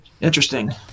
interesting